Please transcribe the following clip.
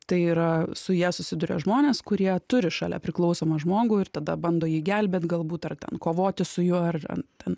tai yra su ja susiduria žmonės kurie turi šalia priklausomą žmogų ir tada bando jį gelbėt galbūt ar ten kovoti su juo ar ten